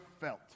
felt